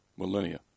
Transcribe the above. millennia